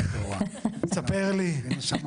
ספר לי.